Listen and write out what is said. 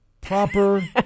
proper